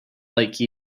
like